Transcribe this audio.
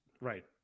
Right